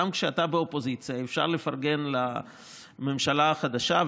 גם כשאתה באופוזיציה אפשר לפרגן לממשלה החדשה,